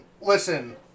listen